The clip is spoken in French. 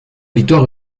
victoire